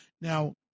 Now